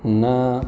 न